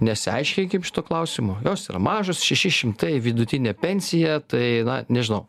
nesiaiškinkim šito klausimo jos yra mažos šeši šimtai vidutinė pensija tai na nežinau